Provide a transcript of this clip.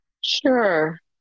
Sure